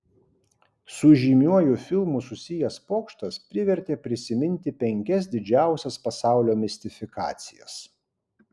su žymiuoju filmu susijęs pokštas privertė prisiminti penkias didžiausias pasaulio mistifikacijas